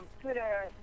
Twitter